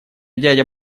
дядя